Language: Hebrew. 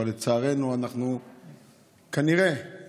אבל לצערנו כנראה לא.